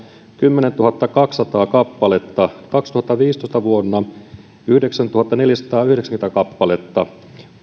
kymmenentuhattakaksisataa kappaletta vuonna kaksituhattakolmetoista yhdeksäntuhattaneljäsataayhdeksänkymmentä kappaletta